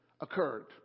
occurred